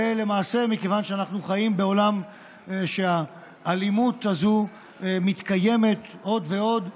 ולמעשה מכיוון שאנחנו חיים בעולם שהאלימות הזו מתקיימת עוד ועוד,